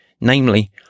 Namely